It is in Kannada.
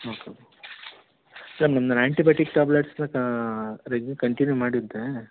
ಓಕೆ ಸರ್ ನಿನ್ನೆ ನಾ ಆಂಟಿಬಯಟಿಕ್ ಟಾಬ್ಲೆಟ್ಸನ್ನ ರೆಗ್ಯು ಕಂಟಿನ್ಯೂ ಮಾಡಿದ್ದೇ